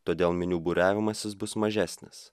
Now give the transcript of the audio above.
todėl minių būriavimasis bus mažesnis